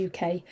UK